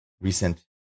recent